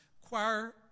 choir